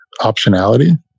optionality